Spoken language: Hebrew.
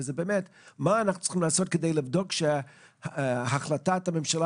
מה אנחנו צריכים לעשות כדי לבדוק שהחלטת הממשלה